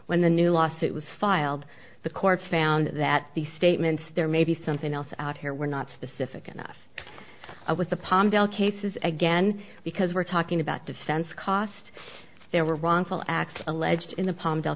when the new lawsuit was filed the court found that these statements there may be something else out here we're not specific enough with the palmdale cases again because we're talking about defense cost there were wrongful acts alleged in the palmdale